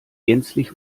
gänzlich